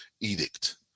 edict